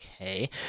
Okay